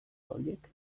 horiek